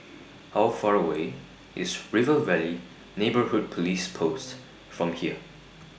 How Far away IS River Valley Neighbourhood Police Post from here